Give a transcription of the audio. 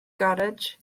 garej